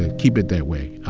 and keep it that way.